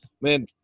Man